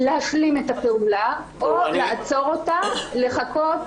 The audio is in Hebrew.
או להשלים את הפעולה או לעצור אותה, לחכות